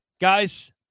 Guys